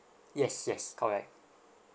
yes yes correct